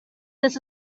this